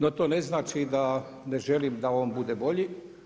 No to ne znači, da ne želim da on bude bolji.